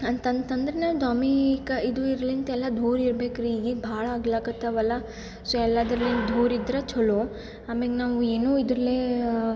ಅಂತಂತಂದ್ರ ದ್ವಾಮೀ ಕ ಇದು ಇದ್ರಲಿಂತ್ ಎಲ್ಲ ದೂರ ಇರ್ಬೆಕು ರೀ ಈಗೀಗ ಭಾಳ ಆಗಲಾಕತಾವಲ್ಲ ಸೊ ಎಲ್ಲದ್ರಲಿಂದ ದೂರ ಇದ್ರೆ ಚೊಲೋ ಆಮೇಗೆ ನಾವು ಏನು ಇದ್ರಲ್ಲೆ